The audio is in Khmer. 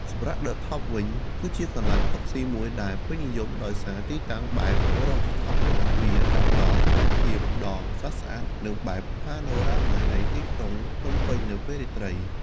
សម្រាប់ ឌឹ ថប់ (The Top) វិញ គឺជាកន្លែងផឹកស៊ីមួយដែលពេញនិយមដោយសារទីតាំងបែប រ៉ូហ្វថប (Rooftop) របស់វា ដែលផ្ដល់នូវទិដ្ឋភាពដ៏ស្រស់ស្អាត និងបែប ផាណូរ៉ាម៉ា (Panorama) នៃទីក្រុងភ្នំពេញនៅពេលរាត្រី។